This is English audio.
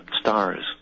stars